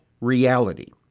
reality